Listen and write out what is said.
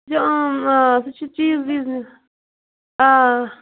اۭں سۄ چھِ چیٖز ویٖز نِوان